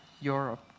Europe